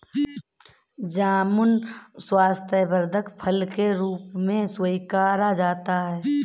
जामुन स्वास्थ्यवर्धक फल के रूप में स्वीकारा जाता है